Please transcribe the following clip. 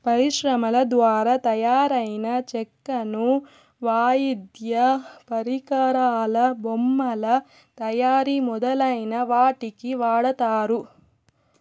పరిశ్రమల ద్వారా తయారైన చెక్కను వాయిద్య పరికరాలు, బొమ్మల తయారీ మొదలైన వాటికి వాడతారు